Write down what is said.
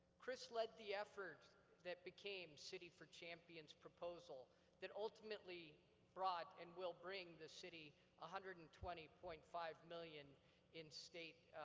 chris led the effort that became city for champions proposal that ultimately brought and will bring the city one ah hundred and twenty point five million in state